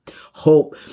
hope